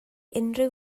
unrhyw